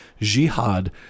jihad